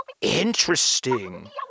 Interesting